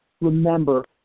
remember